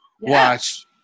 watch